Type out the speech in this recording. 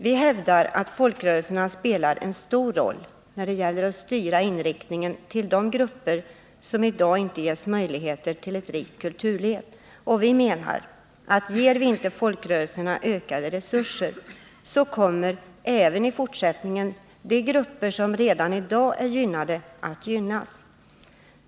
Vi hävdar att folkrörelserna spelar en stor roll när det gäller att styra inriktningen mot de grupper som i dag inte ges möjligheter till ett rikt kulturliv, och vi menar att ger vi inte folkrörelserna ökade resurser, så kommer även i fortsättningen de grupper som redan i dag är gynnade att gynnas.